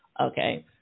Okay